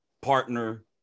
partner